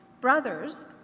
Brothers